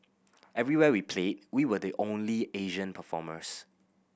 everywhere we played we were the only Asian performers